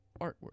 artwork